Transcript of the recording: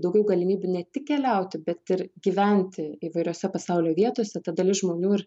daugiau galimybių ne tik keliauti bet ir gyventi įvairiose pasaulio vietose ta dalis žmonių ir